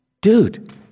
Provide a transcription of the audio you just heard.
Dude